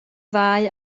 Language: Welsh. ddau